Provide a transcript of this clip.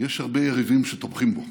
יש הרבה יריבים שתומכים בו.